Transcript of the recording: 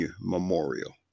Memorial